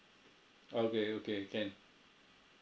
okay okay can